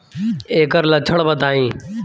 ऐकर लक्षण बताई?